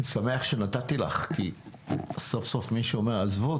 אני שמח שנתתי לך כי סוף סוף מישהו אומר: עזבו,